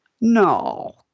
No